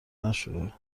نشده